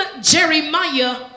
Jeremiah